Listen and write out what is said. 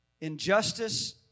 Injustice